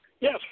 Yes